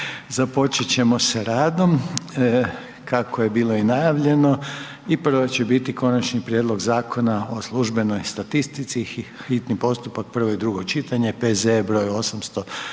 započet ćemo sa radom kako je bilo i najavljeno i prvo će biti: - Konačni prijedlog Zakona o službenoj statistici, prvo i drugo čitanje, P.Z.E. br. 838